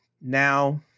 now